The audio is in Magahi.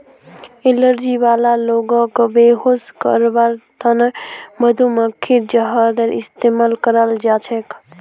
एलर्जी वाला लोगक बेहोश करवार त न मधुमक्खीर जहरेर इस्तमाल कराल जा छेक